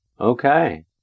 Okay